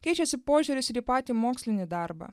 keičiasi požiūris ir į patį mokslinį darbą